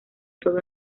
todo